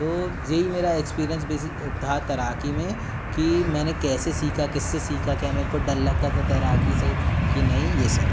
तो जे ही मेरा एक्सपीरियेंस बेसिक था तैराकी में कि मैंने कैसे सीखा किससे सीखा क्या मेरे को डर लगता था तैराकी से कि नई ये सब